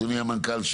אדוני המנכ"ל,